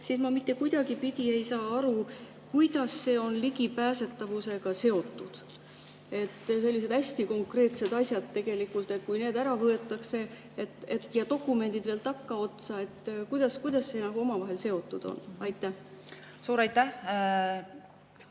siis ma mitte kuidagipidi ei saa aru, kuidas see on ligipääsetavusega seotud. Selliseid hästi konkreetsed asjad tegelikult, kui need ära võetakse, ja dokumendid veel takkaotsa. Kuidas see omavahel seotud on? Aitäh! Lugupeetud